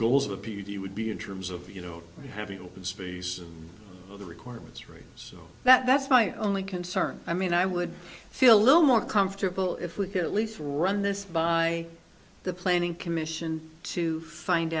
goals of a p d would be interims of you know having open space for the requirements right so that that's my only concern i mean i would feel a little more comfortable if we could at least run this by the planning commission to find